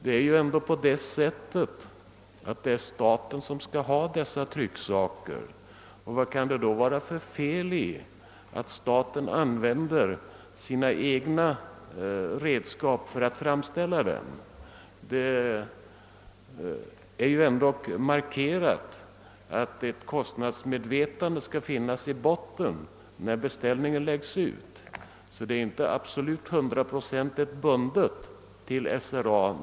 Det är dock staten som skall ha dessa trycksaker, och vad kan det då vara för fel av staten att använda sina egna redskap för att framställa dessa alster? Vid ståndpunktstagandet har ju särskilt markerats att kostnadsmedvetandet skall ha grundläggande betydelse när en beställning läggs ut; beställningarna blir därigenom alltså inte hundraprocentigt bundna till SRA.